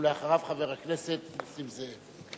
ואחריו, חבר הכנסת נסים זאב.